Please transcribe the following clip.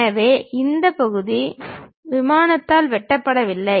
எனவே இந்த பகுதி விமானத்தால் வெட்டப்படவில்லை